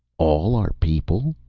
all our people?